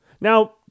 Now